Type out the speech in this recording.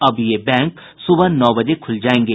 अब ये बैंक सुबह नौ बजे खुल जायेंगे